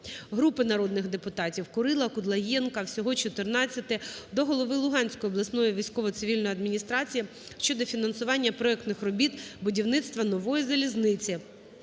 Групи народних депутатів (Курила, Кудлаєнка, всього 14-и) до голови Луганської обласної військово-цивільної адміністрації щодо фінансування проектних робіт будівництва нової залізниці